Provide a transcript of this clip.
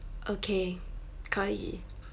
okay 可以